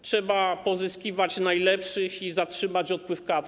Trzeba pozyskiwać najlepszych i zatrzymać odpływ kadr.